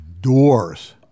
doors